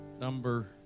number